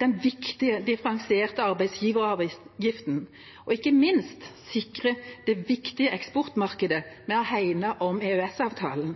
den viktige, differensierte arbeidsgiveravgiften og ikke minst sikret det viktige eksportmarkedet ved å hegne om EØS-avtalen.